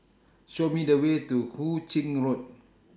Show Me The Way to Hu Ching Road